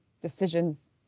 decisions